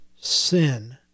sin